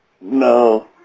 No